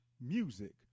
music